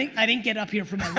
i didn't get up here from